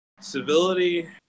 Civility